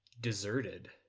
deserted